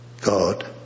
God